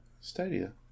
Stadia